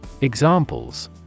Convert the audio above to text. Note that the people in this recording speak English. Examples